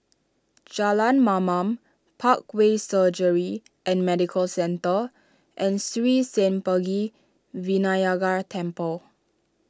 Jalan Mamam Parkway Surgery and Medical Centre and Sri Senpaga Vinayagar Temple